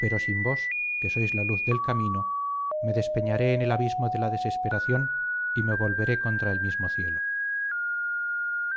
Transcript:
pero sin vos que sois la luz de mi camino me despeñaré en el abismo de la desesperación y me volveré contra el mismo cielo